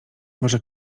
może